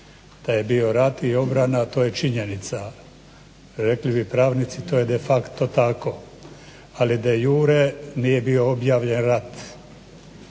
da je bio rat i obrana to je činjenica, rekli bi pravnici to je de facto tako. Ali de iure nije bio objavljen rat,